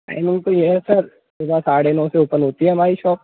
annual तो ये है सर सुबह साढ़े नौ पे ओपन होती है हमारी शॉप